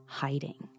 hiding